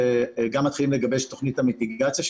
וגם מתחילים לגבש את תוכנית --- שלנו,